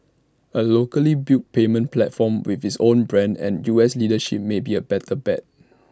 A locally built payments platform with its own brand and U S leadership may be A better bet